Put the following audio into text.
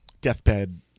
deathbed